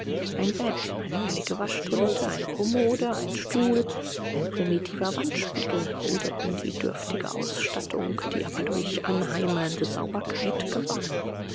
ein bett eine billige waschtoilette eine kommode ein stuhl ein primitiver wandspiegel bildeten die dürftige ausstattung die aber durch anheimelnde sauberkeit gewann